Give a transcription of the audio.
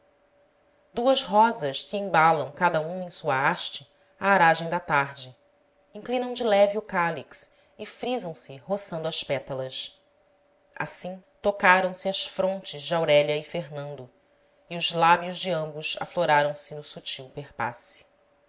duas rosas se embalam cada uma em sua haste à aragem da tarde inclinam de leve o cálix e frisam se roçando às pétalas assim tocaram se as frontes de aurélia e fernando e os lábios de ambos afloraram se no sutil perpasse